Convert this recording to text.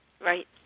Right